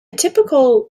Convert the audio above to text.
typical